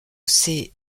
ces